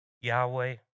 Yahweh